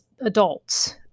adults